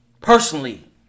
personally